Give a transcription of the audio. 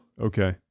Okay